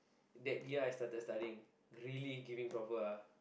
that year I started studying really giving proper ah